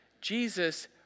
Jesus